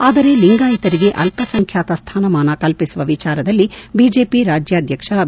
ಆದರೆ ಲಿಂಗಾಯಿತರಿಗೆ ಅಲ್ಲಸಂಖ್ಯಾತ ಸ್ಥಾನಮಾನ ಕಲ್ಪಿಸುವ ವಿಚಾರದಲ್ಲಿ ಬಿಜೆಪಿ ರಾಜ್ಗಾಧ್ವಕ್ಷ ಬಿ